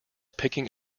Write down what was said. picking